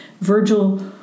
Virgil